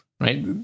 Right